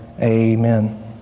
Amen